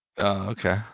Okay